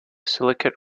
silicate